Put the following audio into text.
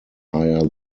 higher